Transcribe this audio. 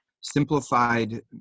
simplified